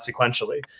sequentially